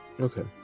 Okay